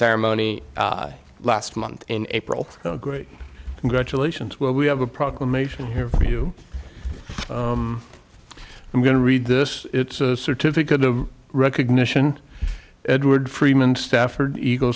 ceremony last month in april so great congratulations well we have a proclamation here for you i'm going to read this it's a certificate of recognition edward freeman stafford eagle